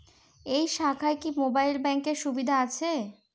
এই শাখায় কি মোবাইল ব্যাঙ্কের সুবিধা আছে?